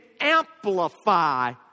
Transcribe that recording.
amplify